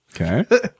Okay